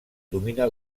domina